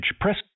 press